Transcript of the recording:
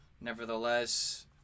Nevertheless